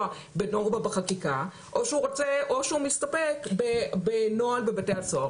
בנורמה בחקיקה או שהוא מסתפק בנוהל בבתי הסוהר.